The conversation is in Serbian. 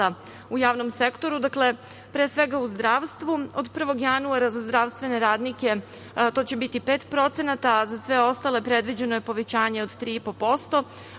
u javnom sektoru, pre sve ga u zdravstvu. Od 1. januara za zdravstvene radnike to će biti 5%, a za sve ostale predviđeno je povećanje od 3,5%,